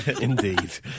indeed